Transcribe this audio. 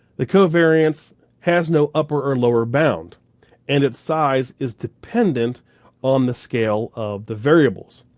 the covariance has no upper or lower bound and its size is dependent on the scale of the variables.